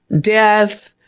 death